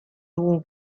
dugu